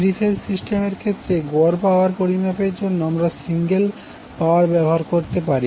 three phase সিস্টেমের ক্ষেত্রে গড় পাওয়ার পরিমাপের জন্য আমরা সিঙ্গেল পাওয়ার ব্যবহার করতে পারি